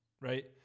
right